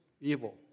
evil